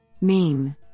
Meme